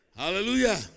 Hallelujah